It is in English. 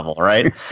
right